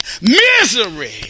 misery